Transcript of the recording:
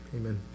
amen